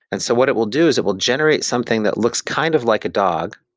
and so what it will do is it will generate something that looks kind of like a dog,